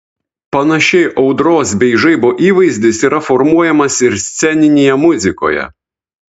panašiai audros bei žaibo įvaizdis yra formuojamas ir sceninėje muzikoje